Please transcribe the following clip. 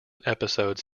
episodes